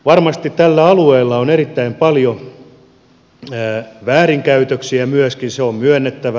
varmasti tällä alueella on erittäin paljon väärinkäytöksiä myöskin se on myönnettävä